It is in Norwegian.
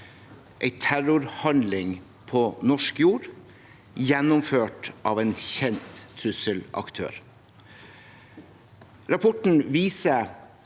en terrorhandling på norsk jord gjennomført av en kjent trusselaktør. Rapporten viser